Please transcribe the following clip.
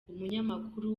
umunyamakuru